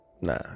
nah